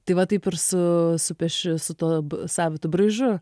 tai va taip ir su supieši su tuo savitu braižu